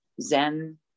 Zen